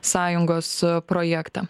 sąjungos projektą